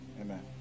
Amen